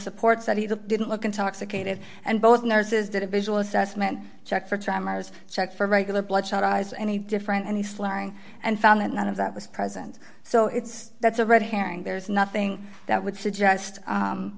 supports that he didn't look intoxicated and both nurses did a visual assessment check for tremors check for regular blood shot eyes any different and he's lying and found that none of that was present so it's that's a red herring there's nothing that would suggest